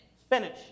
Spinach